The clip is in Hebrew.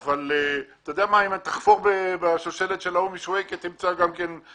אם תחפור בשושלת של ההוא משוויקה, תמצא גם שם.